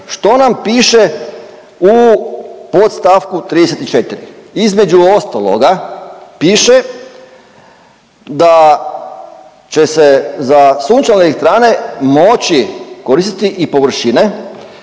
što nam piše u podstavku 34.? Između ostaloga piše da će se za sunčane elektrane moći koristiti i površine